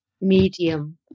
medium